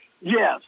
Yes